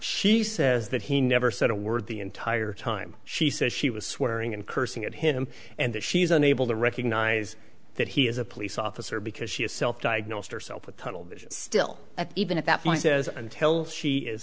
she says that he never said a word the entire time she says she was swearing and cursing at him and that she is unable to recognize that he is a police officer because she has self diagnosed herself with tunnel vision still even at that point says until she is